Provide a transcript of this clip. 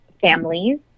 families